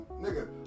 nigga